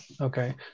okay